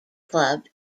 club